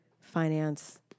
finance